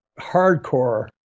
hardcore